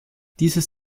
dieses